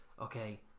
Okay